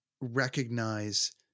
recognize